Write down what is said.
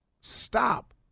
Stop